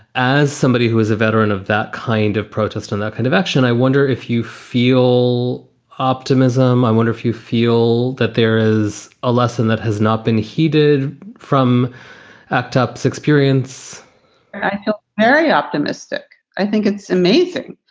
as somebody who is a veteran of that kind of protest and that kind of action, i wonder if you feel optimism. i wonder if you feel that there is a lesson that has not been heeded from octopus up experience i feel very optimistic. i think it's amazing.